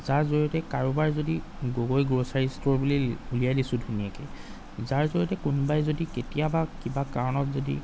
যাৰ জৰিয়তে কাৰোবাৰ যদি গগৈ গ্ৰ'চাৰী ষ্ট'ৰ বুলি উলিয়াই দিছোঁ ধুনীয়াকৈ যাৰ জৰিয়তে কোনোবাই যদি কেতিয়াবা কিবা কাৰণত যদি